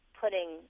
putting